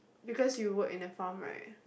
because you were in the farm right